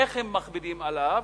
איך הם מכבידים עליו?